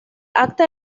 acta